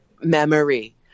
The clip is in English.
memory